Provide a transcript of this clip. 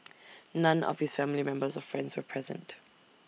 none of his family members or friends were present